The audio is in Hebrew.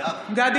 גדי